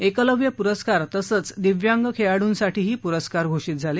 एकलव्य पुरस्कार तसंच दिव्यांग खेळाडूसाठी पुरस्कारही घोषित झाले